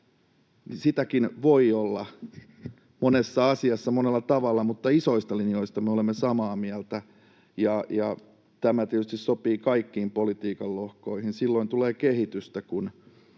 Sitäkin voi olla monessa asiassa, monella tavalla, mutta isoista linjoista me olemme samaa mieltä. Tämä tietysti sopii kaikkiin politiikan lohkoihin. Silloin tulee kehitystä,